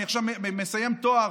אני עכשיו מסיים תואר